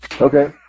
Okay